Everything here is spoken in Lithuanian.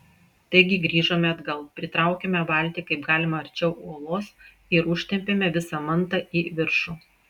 taigi grįžome atgal pritraukėme valtį kaip galima arčiau uolos ir užtempėme visą mantą į viršų